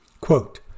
Quote